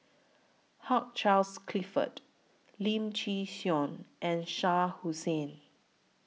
Hugh Charles Clifford Lim Chin Siong and Shah Hussain